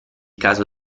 caso